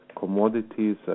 commodities